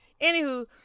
anywho